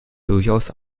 durchaus